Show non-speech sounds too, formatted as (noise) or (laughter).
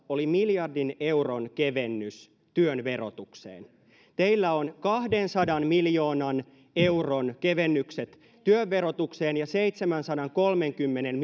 oli miljardin euron kevennys työn verotukseen teillä on kahdensadan miljoonan euron kevennykset työn verotukseen ja seitsemänsadankolmenkymmenen (unintelligible)